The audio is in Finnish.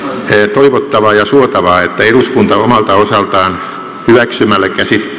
toivottavaa ja suotavaa että eduskunta omalta osaltaan hyväksymällä